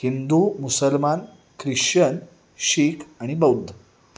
हिंदू मुसलमान ख्रिश्चन शिख आणि बौद्ध